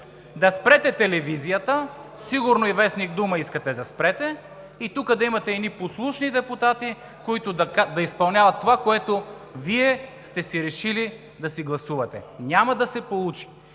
да спрете телевизията, сигурно и вестник „Дума“ искате да спрете. И тук да имате послушни депутати, които да изпълняват това, което Вие сте си решили да си гласувате. Няма да се получи!